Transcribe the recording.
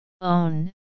Own